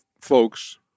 folks